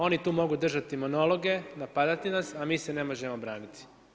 Oni tu mogu držati monologe, napadati nas, a mi se ne možemo braniti.